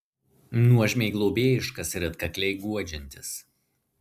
nuožmiai globėjiškas ir atkakliai guodžiantis